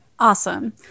Awesome